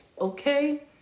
okay